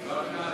התשע"ג 2013,